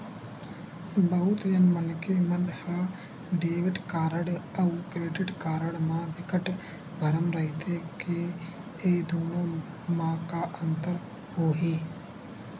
बहुत झन मनखे मन ह डेबिट कारड अउ क्रेडिट कारड म बिकट भरम रहिथे के ए दुनो म का अंतर होही?